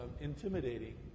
intimidating